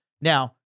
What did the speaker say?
Now